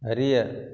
அறிய